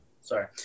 Sorry